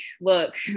look